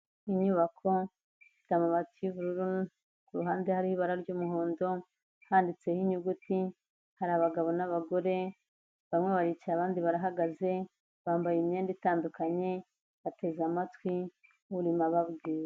Inyubako ifite amabati y'ubururu, ku ruhande hariho ibara ry'umuhondo, handitseho inyuguti, hari abagabo n'abagore, bamwe baricaye abandi barahagaze bambaye imyenda itandukanye, bateze amatwi urimo ababwira.